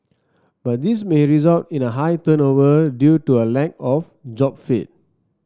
but this may result in a high turnover due to a lack of job fit